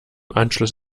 anschluss